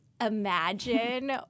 imagine